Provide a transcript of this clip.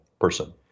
person